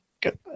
good